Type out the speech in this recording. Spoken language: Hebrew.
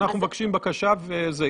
אנחנו מבקשים בקשה וזהו.